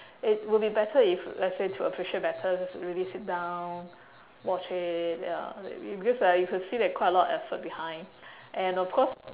it would be better if let's say to appreciate better just really sit down watch it ya because ah you could see they quite a lot of effort behind and of course